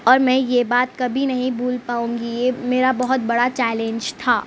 اور میں یہ بات کبھی نہیں بھول پاؤں گی یہ میرا بہت بڑا چیلینج تھا